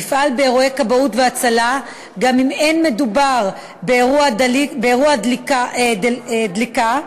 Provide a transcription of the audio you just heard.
יפעל באירועי כבאות והצלה גם אם אין מדובר באירוע דלקה דווקא,